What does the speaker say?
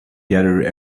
gathered